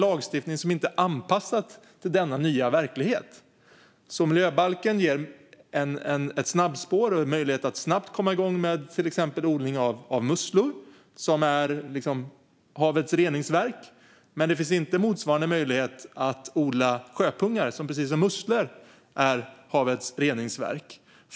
Lagstiftningen är dock inte anpassad till den nya verkligheten. Miljöbalken ger alltså ett snabbspår och en möjlighet att snabbt komma igång med exempelvis odling av musslor, som är havets reningsverk. Men det finns inte motsvarande möjlighet att odla sjöpungar, som precis som musslor också är havets reningsverk.